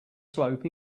slope